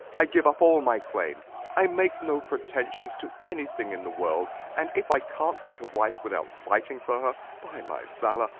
i give up all my claim i make no pretensions to any thing in the world and if i can't get a wife without fighting for her, by my valour!